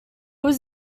was